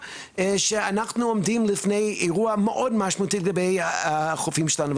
שאנחנו עומדים בפני אירוע מאוד משמעותי בחופים שלנו,